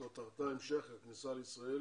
שכותרתה "המשך הכניסה לישראל